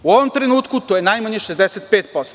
U ovom trenutku to je najmanje 65%